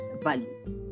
values